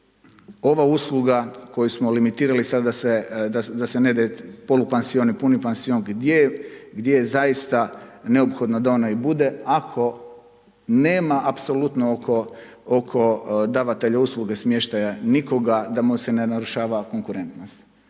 ova usluga koju smo limitirali da se ne daje polupansioni, puni pansioni, gdje je zaista ona neophodna da ona bude, ako nema apsolutno oko davatelja usluga, smještaja nikoga, da mu se ne narušava konkurentnost.